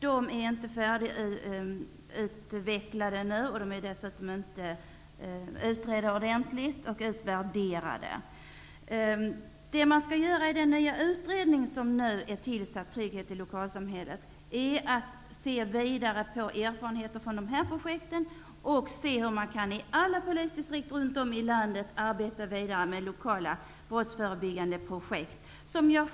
De är inte färdigutvecklade ännu. De är dessutom inte utredda och utvärderade ordentligt. I den nya utredning, Trygghet i lokalsamhället, som nu är tillsatt skall man se vidare på erfarenheter från de här projekten och se hur man i alla polisdistrikt runt om i landet kan arbeta vidare med lokala brottsförebyggande projekt.